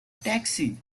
taxi